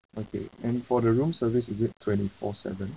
okay and for the room service is it twenty four seven